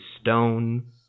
stone